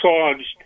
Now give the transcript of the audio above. charged